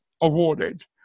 awarded